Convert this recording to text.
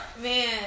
Man